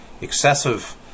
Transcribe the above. excessive